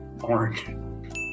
Orange